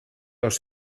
los